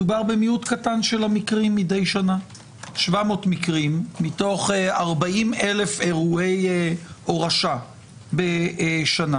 מדובר במיעוט קטן של מקרים 700 מקרים מתוך 40,000 אירועי הורשה בשנה.